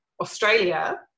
Australia